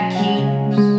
keeps